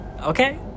Okay